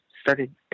started